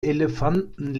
elefanten